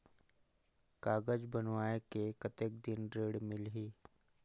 कागज बनवाय के कतेक दिन मे ऋण मिलही?